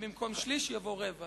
במקום "שליש" יבוא "רבע".